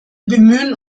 bemühen